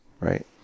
right